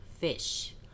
fish